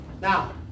Now